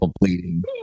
bleeding